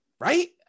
right